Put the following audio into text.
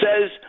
says